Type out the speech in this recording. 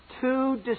two